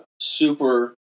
super—